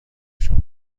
شما